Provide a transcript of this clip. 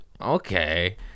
okay